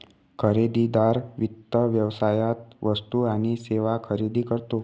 खरेदीदार वित्त व्यवसायात वस्तू आणि सेवा खरेदी करतो